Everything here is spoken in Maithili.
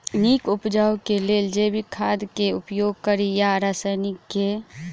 नीक उपज केँ लेल जैविक खाद केँ उपयोग कड़ी या रासायनिक केँ?